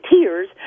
tears